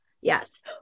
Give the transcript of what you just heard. Yes